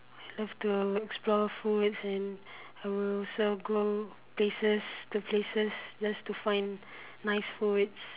I love to explore foods and I will also go places to places just to find nice food